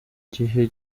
gihe